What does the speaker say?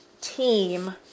team